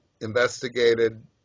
investigated